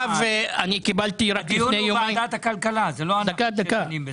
הדיון הזה הוא לוועדת הכלכלה ולא לוועדת הכספים.